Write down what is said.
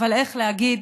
אבל איך להגיד,